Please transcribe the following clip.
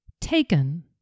Taken